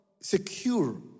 secure